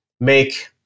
make